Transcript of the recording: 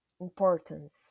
importance